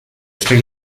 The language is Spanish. sri